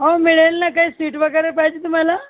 हो मिळेल ना काही स्वीट वगैरे पाहिजे तुम्हाला